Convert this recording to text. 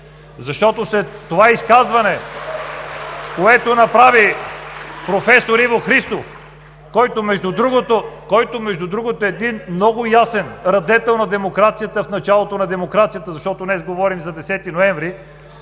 Защото след това изказване, което направи професор Иво Христов, който между другото е един много ясен радетел на демокрацията в началото на демокрацията. Защото днес говорим за 10 ноември.